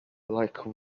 like